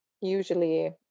usually